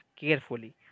carefully